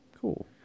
cool